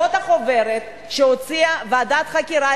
זאת החוברת שהוציאה ועדת חקירה,